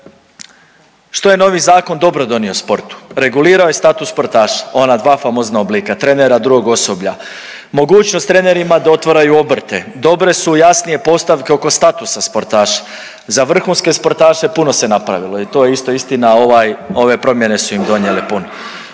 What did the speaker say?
Što je novi zakon dobro donio sportu? Regulirao je status sportaša, ona dva famozna oblika trenera drugog osoblja, mogućnost trenerima da otvaraju obrte, dobre su jasnije postavke oko statusa sportaša. Za vrhunske sportaše puno se napravilo i to je isto istina ovaj ove promjene su im donijele puno.